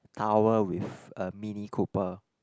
tower with a Mini Cooper